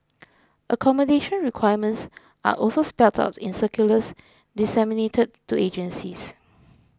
accommodation requirements are also spelt out in circulars disseminated to agencies